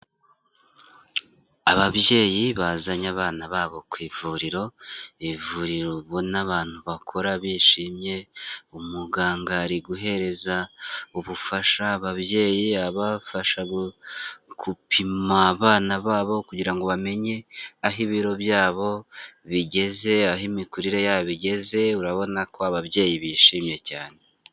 Ababyeyi bazanye abana babo ku ivuriro, ni ivuriro ubona abantu bakora bishimye, umuganga ari guhereza ubufasha ababyeyi abafasha gupima abana babo kugira ngo bamenye aho ibiro byabo bigeze, aho imikurire yabo igeze, urabona ko ababyeyi bishimye cyane.